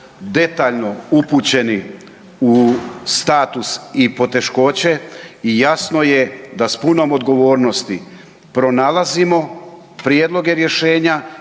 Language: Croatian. detaljno upućeni u status i poteškoće i jasno je da s punom odgovornosti pronalazimo prijedloge rješenja